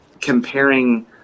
comparing